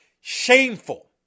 Shameful